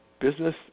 business